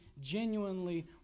genuinely